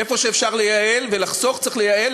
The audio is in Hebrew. איפה שאפשר לייעל ולחסוך צריך לייעל,